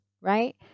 right